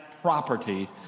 Property